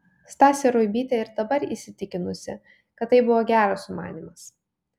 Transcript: stasė ruibytė ir dabar įsitikinusi kad tai buvo geras sumanymas